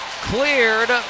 Cleared